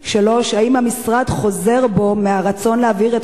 3. האם המשרד חוזר בו מהרצון להעביר את